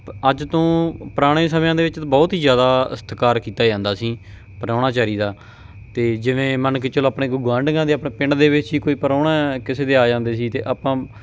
ਅੱਜ ਤੋਂ ਪੁਰਾਣੇ ਸਮਿਆਂ ਦੇ ਵਿੱਚ ਬਹੁਤ ਹੀ ਜ਼ਿਆਦਾ ਸਤਿਕਾਰ ਕੀਤਾ ਜਾਂਦਾ ਸੀ ਪ੍ਰਾਹੁਣਾਚਾਰੀ ਦਾ ਅਤੇ ਜਿਵੇਂ ਮੰਨ ਕੇ ਚਲੋ ਆਪਣੇ ਕੋਲ ਗੁਆਂਢੀਆਂ ਦੇ ਆਪਣੇ ਪਿੰਡ ਦੇ ਵਿੱਚ ਹੀ ਕੋਈ ਪ੍ਰਾਹੁਣਾ ਕਿਸੇ ਦੇ ਆ ਜਾਂਦੇ ਸੀ ਅਤੇ ਆਪਾਂ